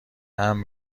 امن